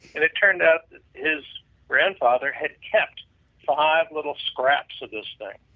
and it turned out his grandfather had kept five little scraps of this thing.